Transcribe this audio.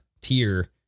tier